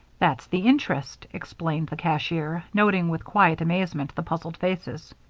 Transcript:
that's the interest, explained the cashier, noting with quiet amusement the puzzled faces.